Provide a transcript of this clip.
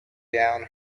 down